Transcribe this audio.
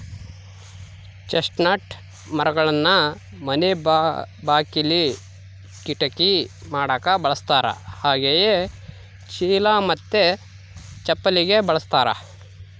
chestnut ಮರಗಳನ್ನ ಮನೆ ಬಾಕಿಲಿ, ಕಿಟಕಿ ಮಾಡಕ ಬಳಸ್ತಾರ ಹಾಗೆಯೇ ಚೀಲ ಮತ್ತೆ ಚಪ್ಪಲಿಗೆ ಬಳಸ್ತಾರ